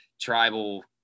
tribal